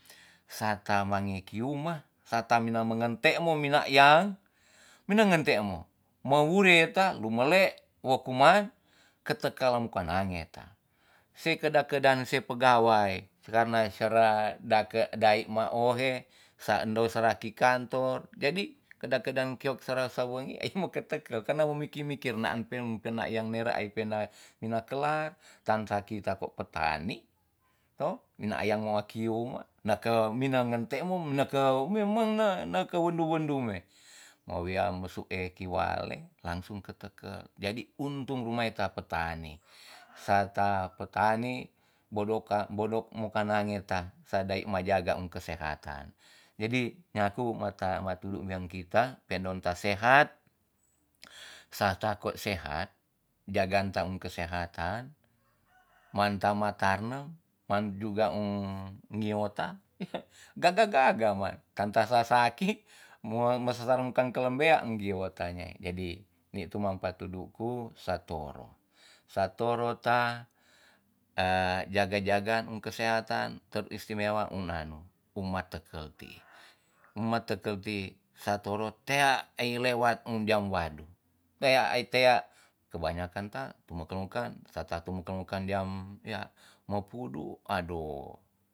Sata mangiki uma sata mina mengentemo mina yang minengen temo ma wurieta lumele wo kuma kete kalem kuana ngeta se kedan kedan se pegawai karna sera dake dai ma ohe sando sara ki kantor jadi keda kedan kio kerak sewangi ai meke tekel karna wo miki mikir naan pem peang ya nera ai pina kelak tansa ki tako petani to pina ayang mewaikiwung nake minang ngentemo me minang kau memang na naka wendu wendu me ma wia mesu e kiwale langsung kekeke jadi untung rumae ta petani sata petani bodo ka bodok muka nange ta sadai majaga ung kesehatan jadi nyaku mata matulu miang kita penon ta sehat sata ko sehat jagang tan kesehatan manta matarnem man juga ung ngiota gaga gaga ma tanta sa saki mua ma sasarungkan kelembean gi wata nyai jadi nitu. mampatu nuku satoro satoro ta jaga jaga ung kesehatan teristimewa ung nanu uma tekel ti uma tekel tii satoro tea ai lewat mundiang wadu tea ai tea kebanyakan ta tumekel kan sata tumuke mukan yam ya mapudu ado